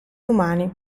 umani